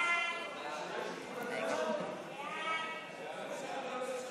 סעיפים 1 8 נתקבלו.